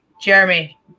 Jeremy